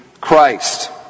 Christ